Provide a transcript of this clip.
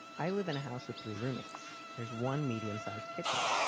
i live in a house with three roommates. there's one medium sized kitchen.